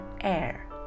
air